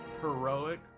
heroic